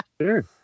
Sure